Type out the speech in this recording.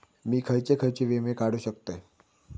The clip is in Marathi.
मी खयचे खयचे विमे काढू शकतय?